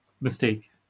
mistake